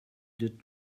did